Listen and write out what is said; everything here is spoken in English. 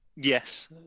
Yes